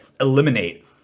eliminate